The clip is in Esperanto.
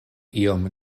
iom